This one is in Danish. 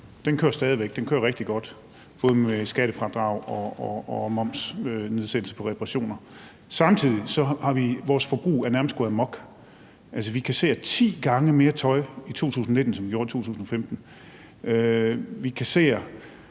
Den kører stadig væk, og den kører rigtig godt både med skattefradrag og momsnedsættelse på reparationer. Samtidig er vores forbrug nærmest gået amok. Vi kasserer ti gange mere tøj i 2019, end vi gjorde i 2015. Vi kasserer